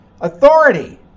authority